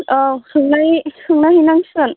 औ सोंनानै सोंनाय हैनांसिगोन